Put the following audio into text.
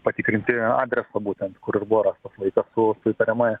patikrinti adresą būtent kur ir buvo rastas vaikas su su įtariamąja